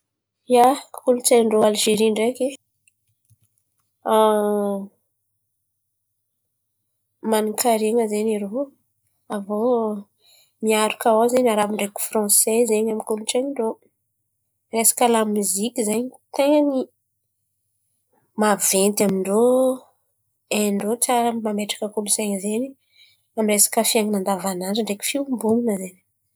Ia, kolontsain̈y ndrô Alizeria ndreky manankarian̈a zen̈y irô. Avô miaraka ao zen̈y arabo ndreky franse zen̈y amin'ny kolontsain̈y ndrô. Resaka lamoziky zen̈y ten̈a ny maventy amin-dro. Hain-drô tsara mametra kolontsain̈y izen̈y amy ny resaka fiainan̈a andavanandra ndreky fiombonana izen̈y.